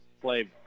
play